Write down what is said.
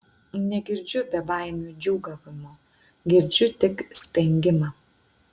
negirdžiu bebaimių džiūgavimo girdžiu tik spengimą